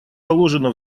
положено